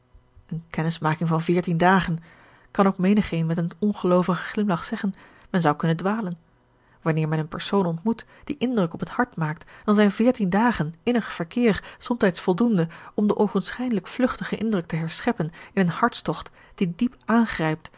eene kennismaking van veertien dagen kan ook menigeen met een ongeloovigen glimlach zeggen men zou kunnen dwalen wanneer men een persoon ontmoet die indruk op het hart maakt dan zijn veertien dagen innig verkeer somtijds voldoende om den oogenschijnlijk vlugtigen indruk te herscheppen in een hartstogt die diep aangrijpt